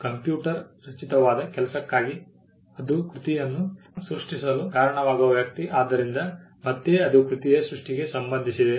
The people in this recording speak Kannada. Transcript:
ಕಂಪ್ಯೂಟರ್ ರಚಿತವಾದ ಕೆಲಸಕ್ಕಾಗಿ ಅದು ಕೃತಿಯನ್ನು ಸೃಷ್ಟಿಸಲು ಕಾರಣವಾಗುವ ವ್ಯಕ್ತಿ ಆದ್ದರಿಂದ ಮತ್ತೆ ಅದು ಕೃತಿಯ ಸೃಷ್ಟಿಗೆ ಸಂಬಂಧಿಸಿದೆ